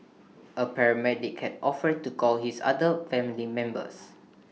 A paramedic had offered to call his other family members